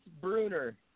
Bruner